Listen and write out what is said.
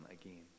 again